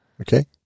okay